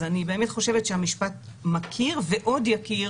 אז אני באמת חושבת שהמשפט מכיר ועוד יכיר